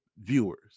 viewers